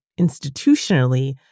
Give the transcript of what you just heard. institutionally